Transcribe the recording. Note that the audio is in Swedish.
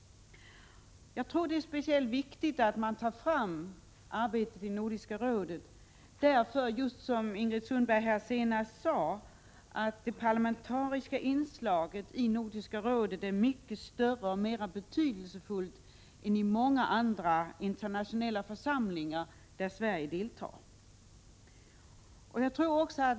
Jag tycker att det är speciellt viktigt att lyfta fram arbetet i Nordiska rådet därför att det parlamentariska inslaget, som Ingrid Sundberg nyss sade, i Nordiska rådet är mycket större och mera betydelsefullt än i många andra internationella församlingar där Sverige deltar.